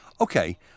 okay